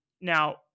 Now